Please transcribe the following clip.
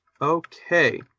Okay